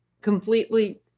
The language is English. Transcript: completely